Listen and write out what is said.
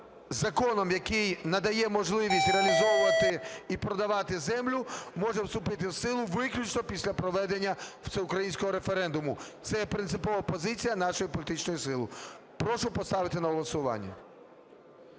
законом, який надає можливість реалізовувати і продавати землю, може вступити в силу виключно після проведення всеукраїнського референдуму. Це є принципова позиція нашої політичної сили. Прошу поставити на голосування.